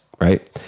right